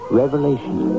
revelation